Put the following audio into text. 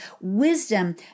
wisdom